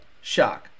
shock